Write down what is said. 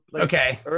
Okay